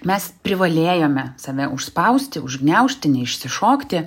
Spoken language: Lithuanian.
mes privalėjome save užspausti užgniaužti neišsišokti